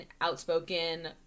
outspoken